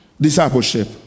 Discipleship